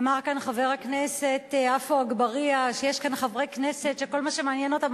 אמר כאן חבר הכנסת עפו אגבאריה שיש כאן חברי כנסת שכל מה שמעניין אותם,